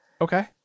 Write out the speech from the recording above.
Okay